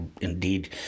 indeed